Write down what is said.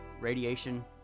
radiation